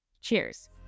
Cheers